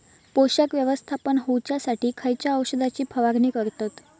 पोषक व्यवस्थापन होऊच्यासाठी खयच्या औषधाची फवारणी करतत?